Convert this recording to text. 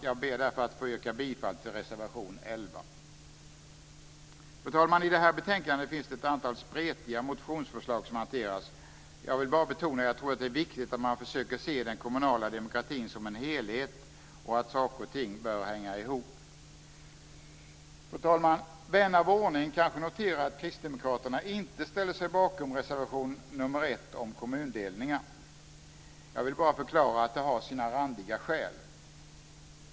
Jag ber därför att få yrka bifall till reservation 11. I det här betänkandet finns det ett antal spretiga motionsförslag som hanteras. Jag vill bara betona att jag tror att det är viktigt att man försöker se den kommunala demokratin som en helhet och att saker och ting bör hänga ihop. Fru talman! Vän av ordning kanske noterar att kristdemokraterna inte ställer sig bakom reservation nr 1 om kommundelningar. Jag vill bara förklara att det har sina randiga skäl.